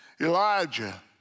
Elijah